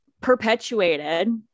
perpetuated